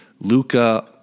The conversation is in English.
luca